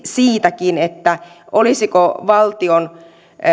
siitäkin olisiko valtion